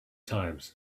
times